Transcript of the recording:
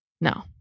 no